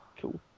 Cool